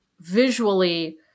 visually